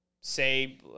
say